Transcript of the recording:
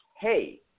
hey